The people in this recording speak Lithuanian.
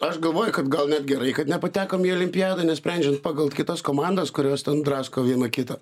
aš galvoju kad gal net gerai kad nepatekom į olimpiadą nes sprendžiant pagal kitas komandas kurios ten drasko viena kitą